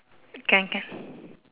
can can